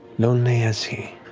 lonely as he,